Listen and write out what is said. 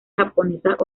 japonesas